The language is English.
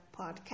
podcast